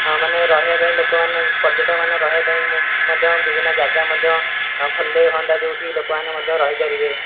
ମାନେ ରହିବା ପାଇଁ ଲୋକମାନେ ପର୍ଯ୍ୟଟକମାନଙ୍କ ରହିବା ପାଇଁ ମଧ୍ୟ ବିଭିନ୍ନ ଜାଗା ମଧ୍ୟ ଖୋଲିଲେ ହୁଅନ୍ତା ଯେଉଁଠି ଲୋକମାନେ ମଧ୍ୟ ରହିପାରିବେ